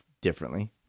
differently